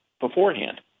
beforehand